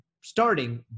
starting